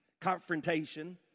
confrontation